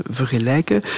vergelijken